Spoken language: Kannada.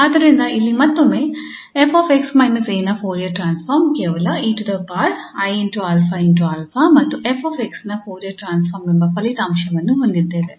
ಆದ್ದರಿಂದ ಇಲ್ಲಿ ಮತ್ತೊಮ್ಮೆ 𝑓𝑥 − 𝑎 ನ ಫೋರಿಯರ್ ಟ್ರಾನ್ಸ್ಫಾರ್ಮ್ ಕೇವಲ 𝑒𝑖𝛼𝑎 ಮತ್ತು 𝑓 𝑥 ನ ಫೋರಿಯರ್ ಟ್ರಾನ್ಸ್ಫಾರ್ಮ್ ಎಂಬ ಫಲಿತಾಂಶವನ್ನು ಹೊಂದಿದ್ದೆವೆ